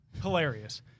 Hilarious